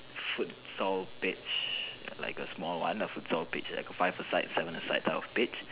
futsal pitch like a small one the futsal pitch like a five a side seven aside type of pitch